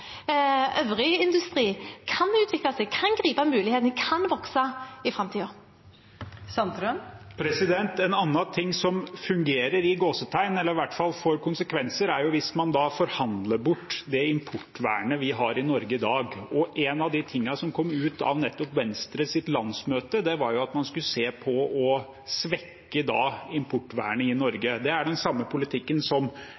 øvrig industri kan utvikle seg, kan gripe muligheten, kan vokse i framtiden. En annen ting som «fungerer», eller i hvert fall får konsekvenser, er jo hvis man forhandler bort det importvernet vi har i Norge i dag. En av de tingene som kom ut av nettopp Venstres landsmøte, var jo at man skulle se på å svekke importvernet i Norge. Det er for øvrig den samme politikken som